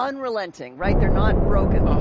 ah unrelenting, right. they're not broken.